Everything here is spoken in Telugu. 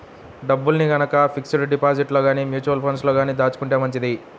డబ్బుల్ని గనక ఫిక్స్డ్ డిపాజిట్లలో గానీ, మ్యూచువల్ ఫండ్లలో గానీ దాచుకుంటే మంచిది